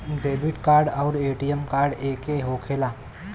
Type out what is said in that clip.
Debit card आउर ATM card एके होखेला?